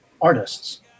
artists